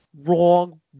Wrong